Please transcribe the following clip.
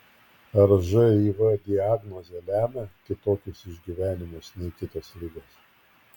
ar živ diagnozė lemia kitokius išgyvenimus nei kitos ligos